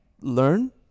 learn